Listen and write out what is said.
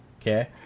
Okay